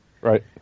Right